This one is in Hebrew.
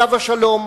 עליו השלום,